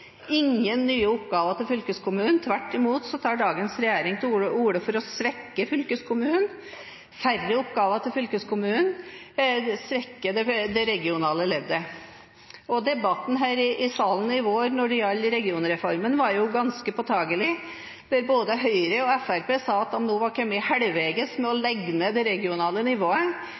ingen nye oppgaver til fylkeskommunen. Tvert imot tar dagens regjering til orde for å svekke fylkeskommunen. Færre oppgaver til fylkeskommunen svekker det regionale leddet. Debatten her i salen i vår når det gjaldt regionreformen, var ganske påtagelig, for både Høyre og Fremskrittspartiet sa at de nå var kommet halvveis med å legge ned det regionale nivået.